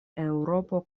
eŭropo